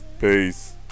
peace